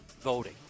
voting